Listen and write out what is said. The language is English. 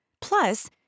Plus